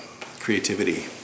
creativity